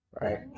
Right